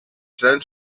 seran